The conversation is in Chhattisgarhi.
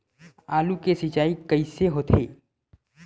आलू के सिंचाई कइसे होथे?